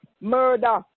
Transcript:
Murder